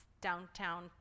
downtown